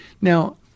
Now